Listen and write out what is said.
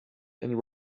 and